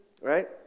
right